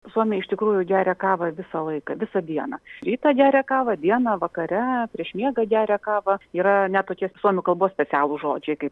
suomiai iš tikrųjų geria kavą visą laiką visą dieną iš ryto geria kavą dieną vakare prieš miegą geria kavą yra net tokie suomių kalbos specialūs žodžiai kaip